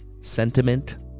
sentiment